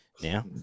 now